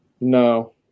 No